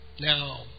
Now